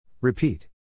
Repeat